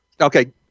okay